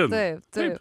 taip taip